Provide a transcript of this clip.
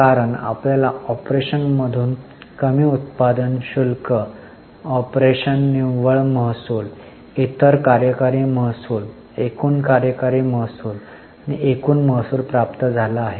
कारण आपल्याला ऑपरेशन मधून कमी उत्पादन शुल्क ऑपरेशन निव्वळ महसूल इतर कार्यकारी महसूल एकूण कार्यकारी महसूल आणि एकूण महसूल प्राप्त झाला आहे